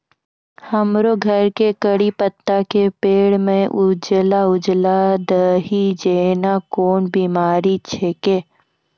हमरो घर के कढ़ी पत्ता के पेड़ म उजला उजला दही जेना कोन बिमारी छेकै?